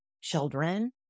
children